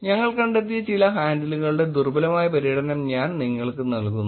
ഞങ്ങൾ കണ്ടെത്തിയ ചില ഹാൻഡിലുകളുടെ ദുർബലമായ പര്യടനം ഞാൻ നിങ്ങൾക്ക് നൽകുന്നു